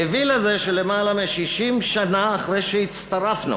מביא לזה שיותר מ-60 שנה אחרי שהצטרפנו,